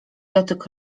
dotyk